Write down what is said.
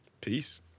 Peace